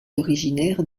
originaire